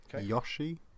Yoshi